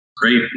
Great